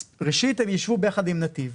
ראשית, הם ישבו ביחד עם נתיב.